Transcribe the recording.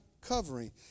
covering